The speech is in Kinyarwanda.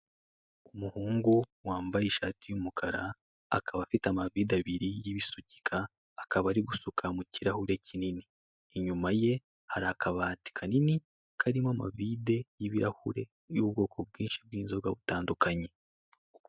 Umuhungu wambaye ishati y'umukara akaba afite amavide abiri y'ibisukika, akaba ari gusuka mu kirahure kinini inyuma ye hari akabati kanini karimo amavide y'ibirahure y'ubwoko bwinshi bw'inzoga zitandukanye.